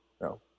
No